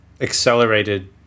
accelerated